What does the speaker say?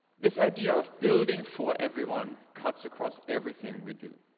this idea of building for everyone cuts across everything we do